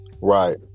right